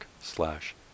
slash